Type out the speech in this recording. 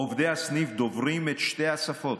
עובדי הסניף דוברים את שתי השפות,